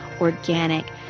organic